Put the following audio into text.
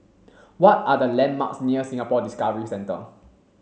what are the landmarks near Singapore Discovery Centre